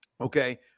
Okay